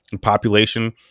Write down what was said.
population